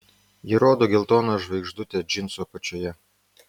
ji rodo geltoną žvaigždutę džinsų apačioje